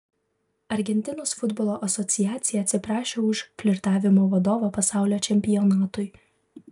argentinos futbolo asociacija atsiprašė už flirtavimo vadovą pasaulio čempionatui